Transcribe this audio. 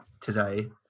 today